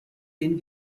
den